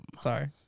Sorry